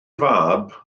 fab